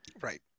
right